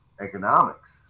economics